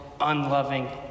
unloving